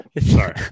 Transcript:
Sorry